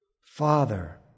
Father